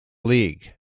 league